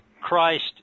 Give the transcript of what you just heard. Christ